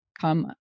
come